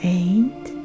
eight